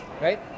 right